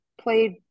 Played